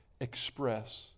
express